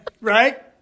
Right